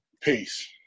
Peace